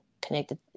connected